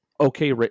okay